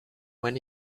when